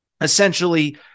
essentially